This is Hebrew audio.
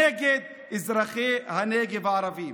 זו ממשלה נגד אזרחי הנגב הערבים.